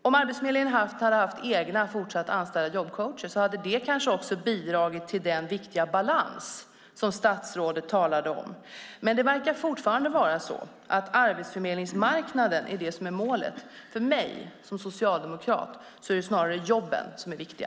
Om Arbetsförmedlingen hade fortsatt ha egna anställda jobbcoacher hade det kanske också bidragit till den viktiga balans som statsrådet talar om. Men det verkar fortfarande vara arbetsförmedlingsmarknaden som är målet. För mig som socialdemokrat är det snarare jobben som är viktiga.